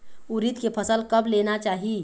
उरीद के फसल कब लेना चाही?